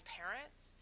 parents